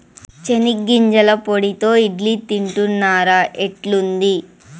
చెనిగ్గింజల పొడితో ఇడ్లీ తింటున్నారా, ఎట్లుంది